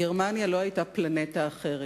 גרמניה לא היתה פלנטה אחרת,